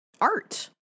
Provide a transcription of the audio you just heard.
art